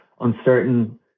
uncertain